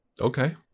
Okay